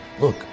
Look